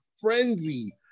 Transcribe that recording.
frenzy